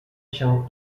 się